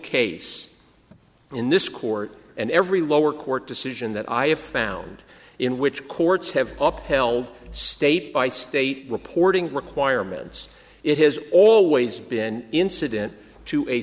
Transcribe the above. case in this court and every lower court decision that i have found in which courts have upheld state by state reporting requirements it has always been incident to a